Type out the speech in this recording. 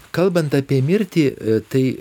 kalbant apie mirtį tai